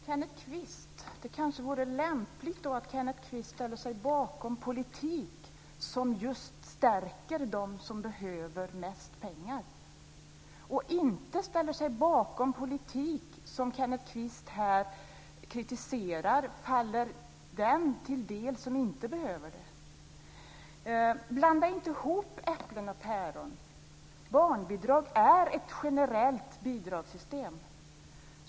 Fru talman! Då kanske det är lämpligt att Kenneth Kvist ställer sig bakom politik som just stärker dem som behöver mest pengar och inte ställer sig bakom den politik som Kenneth Kvist här kritiserar, som gör att det kommer dem till del som inte behöver det. Blanda inte ihop äpplen och päron! Barnbidrag är ett generellt bidrag.